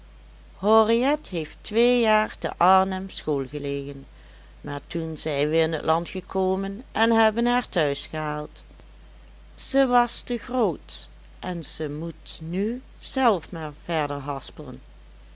henriet heeft twee jaar te arnhem school gelegen maar toen zijn we in t land gekomen en hebben haar thuisgehaald ze was te groot en ze moet nu zelf maar verder